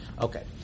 Okay